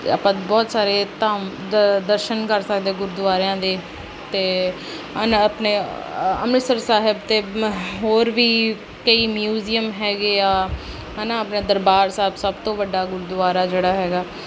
ਆਪਾਂ ਬਹੁਤ ਸਾਰੇ ਧਾਮ ਦ ਦਰਸ਼ਨ ਕਰ ਸਕਦੇ ਗੁਰਦੁਆਰਿਆਂ ਦੇ ਅਤੇ ਅਨ ਆਪਣੇ ਅੰਮ੍ਰਿਤਸਰ ਸਾਹਿਬ ਅਤੇ ਹੋਰ ਵੀ ਕਈ ਮਿਊਜੀਅਮ ਹੈਗੇ ਆ ਹੈ ਨਾ ਆਪਣੇ ਦਰਬਾਰ ਸਾਹਿਬ ਸਭ ਤੋਂ ਵੱਡਾ ਗੁਰਦੁਆਰਾ ਜਿਹੜਾ ਹੈਗਾ